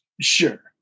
Sure